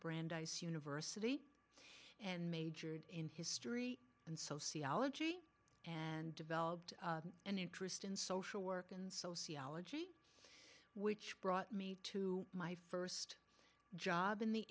brandeis university and majored in history and sociology and developed an interest in social work and sociology which brought me to my first job in the